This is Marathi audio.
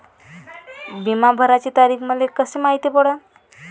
बिमा भराची तारीख मले कशी मायती पडन?